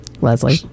Leslie